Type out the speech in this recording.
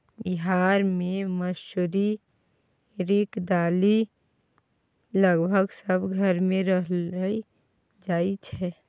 बिहार मे मसुरीक दालि लगभग सब घर मे रान्हल जाइ छै